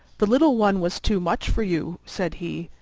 the little one was too much for you, said he.